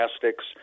plastics